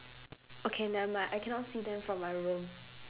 okay nevermind I cannot see them from my room